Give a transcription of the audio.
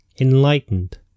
enlightened